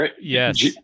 Yes